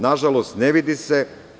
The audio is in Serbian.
Nažalost, ne vidi se.